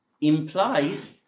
implies